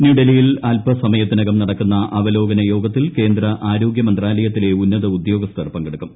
ന്യൂഡൽഹിയിൽ അല്പം സമയത്തിനകം നടക്കുന്ന അവലോകന യോഗത്തിൽ കേന്ദ്ര ആരോഗ്യ മന്ത്രാലയത്തിലെ ഉന്നത ഉദ്യോഗസ്ഥർ പങ്കെടുക്കും